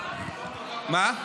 יש